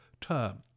term